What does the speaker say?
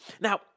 Now